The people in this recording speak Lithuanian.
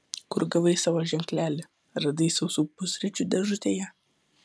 kur gavai savo ženklelį radai sausų pusryčių dėžutėje